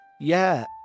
Yeah